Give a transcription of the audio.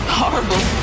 horrible